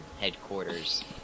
headquarters